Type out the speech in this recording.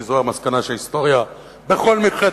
כי זו המסקנה שההיסטוריה בכל מקרה